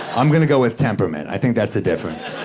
i'm gonna go with temperament. i think that's the difference.